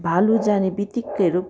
भालु जानेबित्तिकै रुख